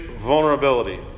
Vulnerability